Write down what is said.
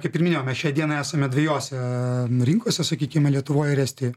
kaip ir minėjau mes šiai dienai esame dvejose rinkose sakykime lietuvoj ir estijoj